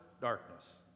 darkness